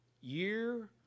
year